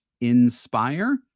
inspire